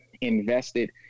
invested